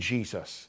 Jesus